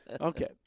Okay